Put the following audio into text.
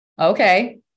Okay